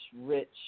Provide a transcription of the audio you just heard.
rich